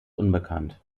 unbekannt